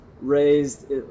raised